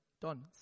Don